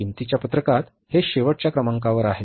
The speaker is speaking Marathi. किंमतीच्या पत्रकात हे शेवटच्या क्रमांकावर आहे